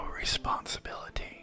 responsibility